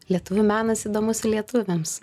lietuvių menas įdomus lietuviams